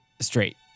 straight